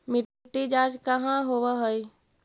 मिट्टी जाँच कहाँ होव है?